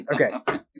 Okay